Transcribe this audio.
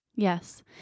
Yes